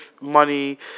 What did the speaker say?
money